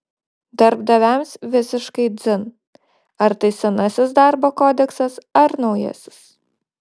darbdaviams visiškai dzin ar tai senasis darbo kodeksas ar naujasis